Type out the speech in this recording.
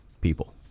people